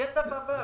הכסף עבר.